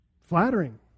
flattering